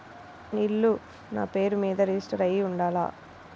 ఇల్లు నాపేరు మీదే రిజిస్టర్ అయ్యి ఉండాల?